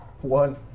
One